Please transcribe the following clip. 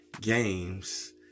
games